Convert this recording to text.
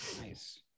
Nice